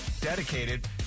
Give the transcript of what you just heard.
dedicated